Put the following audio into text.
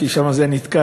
כי שם זה היה נתקע,